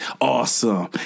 awesome